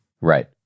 Right